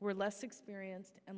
were less experienced and